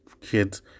kids